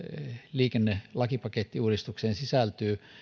liikennelakipakettiuudistukseen sisältyy